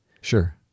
Sure